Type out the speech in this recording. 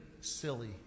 silly